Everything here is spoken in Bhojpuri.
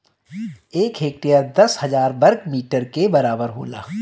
एक हेक्टेयर दस हजार वर्ग मीटर के बराबर होला